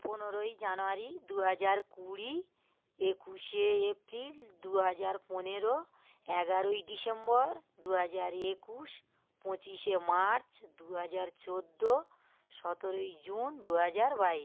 পনেরোই জানুয়ারি দুহাজার কুড়ি একুশে এপ্রিল দুহাজার পনেরো এগারোই ডিসেম্বর দুহাজার একুশ পঁচিশে মার্চ দুহাজার চোদ্দ সতেরোই জুন দুহাজার বাইশ